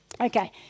Okay